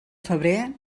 febrer